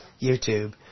YouTube